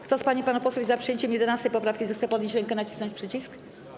Kto z pań i panów posłów jest za przyjęciem 11. poprawki, zechce podnieść rękę i nacisnąć przycisk.